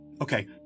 Okay